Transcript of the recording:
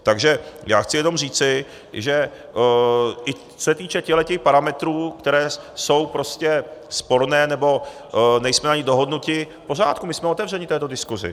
Takže já chci jenom říci, že i co se týče těchto parametrů, které jsou prostě sporné, nebo nejsme na nich dohodnuti, v pořádku, my jsme otevřeni této diskusi.